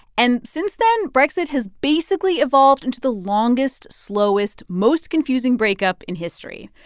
and since then, brexit has basically evolved into the longest, slowest, most confusing breakup in history.